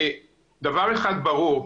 דבר אחד ברור,